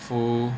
full